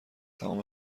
تمام